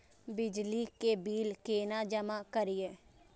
बिजली के बिल केना जमा करिए?